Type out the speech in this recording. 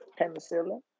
penicillin